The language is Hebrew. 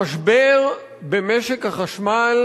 המשבר במשק החשמל